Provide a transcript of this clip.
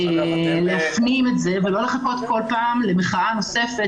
צריך להפנים את זה ולא לחכות בכל פעם למחאה נוספת